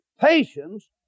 patience